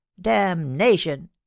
Damnation